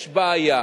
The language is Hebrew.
יש בעיה,